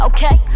Okay